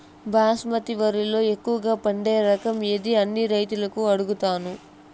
బాస్మతి వరిలో ఎక్కువగా పండే రకం ఏది అని రైతులను అడుగుతాను?